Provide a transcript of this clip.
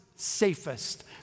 safest